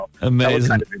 Amazing